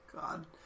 God